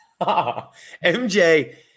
MJ